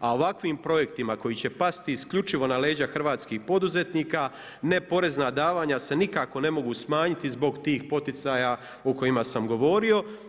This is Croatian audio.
a ovakvim projektima koji će pasti isključivo na leđa hrvatskih poduzetnika neporezna davanja se nikako ne mogu smanjiti zbog tih poticaja o kojima sam govorio.